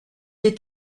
est